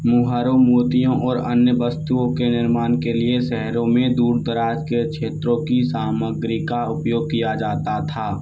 मुहरों मोतियों और अन्य वस्तुओं के निर्मान के लिए शहरों में दूर दराज़ के क्षेत्रों की सामग्री का उपयोग किया जाता था